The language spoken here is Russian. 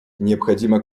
необходимо